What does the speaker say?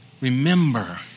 Remember